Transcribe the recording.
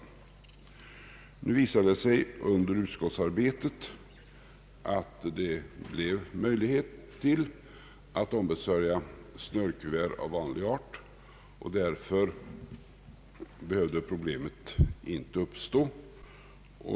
Under utskottsarbetet visade det sig emellertid att det blev möjligt att anskaffa snörkuvert av vanlig typ, och därför behövde problemet inte uppstå.